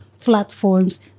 platforms